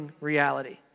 reality